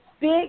big